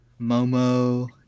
Momo